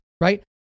right